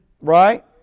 Right